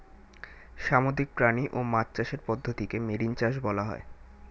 সামুদ্রিক প্রাণী ও মাছ চাষের পদ্ধতিকে মেরিন চাষ বলা হয়